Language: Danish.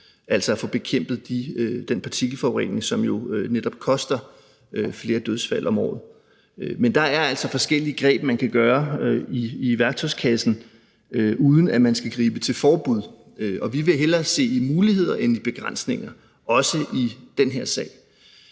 altså at vi får bekæmpet den partikelforurening, som jo netop koster flere dødsfald om året. Men der er altså forskellige greb, man kan gøre brug af, i værktøjskassen, uden at man skal gribe til forbud, og vi vil hellere se i muligheder end i begrænsninger, også i den her sag.